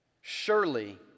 surely